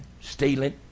stealing